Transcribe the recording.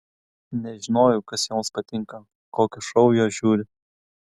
nežinojau kas joms patinka kokius šou jos žiūri